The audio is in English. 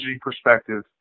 perspective